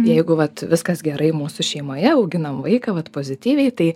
jeigu vat viskas gerai mūsų šeimoje auginam vaiką vat pozityviai tai